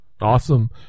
Awesome